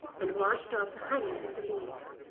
and washed off the honey and the leaves,